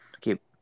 keep